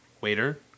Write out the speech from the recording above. Waiter